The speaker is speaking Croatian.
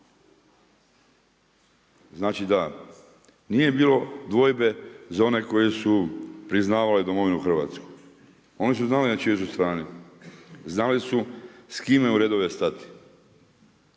Znači da nije bilo dvojbe za one koji su priznali domovinu Hrvatsku, oni su znali na čijoj su strani. Znali su s kime u redove stati.